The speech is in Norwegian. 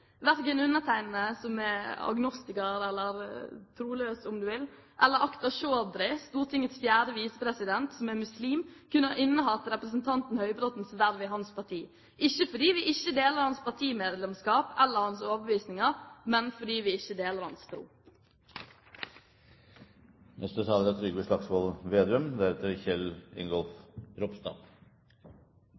Verken jeg, som er agnostiker – eller troløs, om du vil – eller Akhtar Chaudhry, Stortingets 4. visepresident, som er muslim, kunne ha innehatt representanten Høybråtens verv i hans parti, ikke fordi vi ikke deler hans partimedlemskap eller hans overbevisninger, men fordi vi ikke deler hans tro. Det er